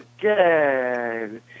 Good